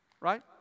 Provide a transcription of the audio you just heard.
Right